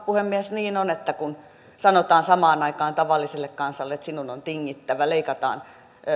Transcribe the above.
puhemies niin on että kun sanotaan samaan aikaan tavalliselle kansalle että sinun on tingittävä ja leikataan